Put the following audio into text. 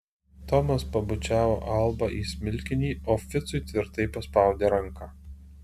tomas pabučiavo albą į smilkinį o ficui tvirtai paspaudė ranką